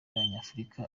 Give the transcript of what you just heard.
y’abanyafurika